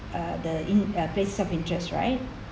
uh the in uh place of interest right